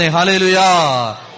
Hallelujah